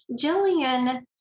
Jillian